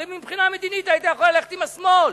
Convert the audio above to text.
הרי מבחינה מדינית היית יכול ללכת עם השמאל.